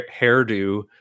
hairdo